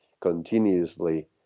continuously